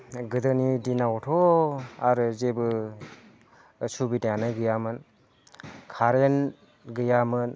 गोदोनि दिनावथ' आरो जेबो सुबिदायानो गैयामोन कारेन्ट गैयामोन